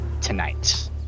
tonight